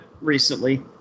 recently